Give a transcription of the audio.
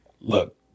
Look